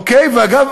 אגב,